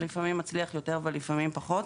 לפעמים זה מצליח יותר לפעמים זה מצליח פחות.